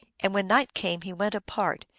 and when night came he went apart,